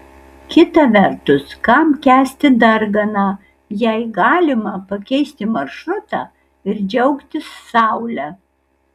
kita vertus kam kęsti darganą jei galima pakeisti maršrutą ir džiaugtis saule